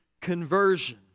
conversion